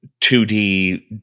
2d